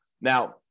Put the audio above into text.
Now